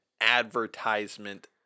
advertisement